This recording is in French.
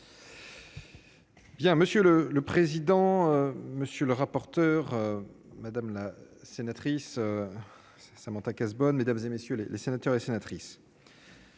Bien, monsieur le président, monsieur le rapporteur, madame la sénatrice Samantha Cazebonne mesdames et messieurs les sénateurs et sénatrices.